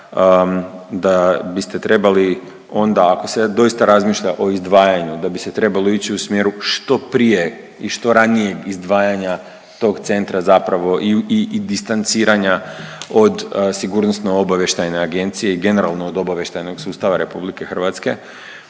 da biste trebali onda ako se doista razmišlja o izdvajanju, da bi se trebalo ići u smjeru što prije i što ranijeg izdvajanja tog centra zapravo i distanciranja od sigurnosno-obavještajne agencije i generalno od obavještajnog sustava Republike Hrvatske